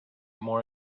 more